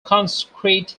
concrete